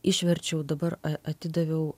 išverčiau dabar a atidaviau